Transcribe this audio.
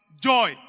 joy